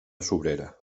sobrera